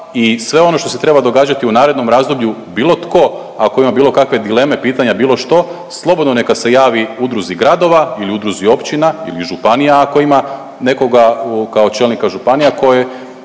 i sve ono što se treba događati u narednom razdoblju bilo tko ako ima bilo kakve dileme, pitanja, bilo što, slobodno neka se javi Udruzi gradova ili Udruzi općina ili županija ako ima nekoga kao čelnika županija koji